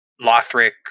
Lothric